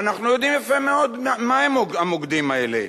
ואנחנו יודעים יפה מאוד מהם המוקדים האלה: